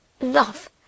love